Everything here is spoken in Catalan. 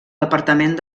departament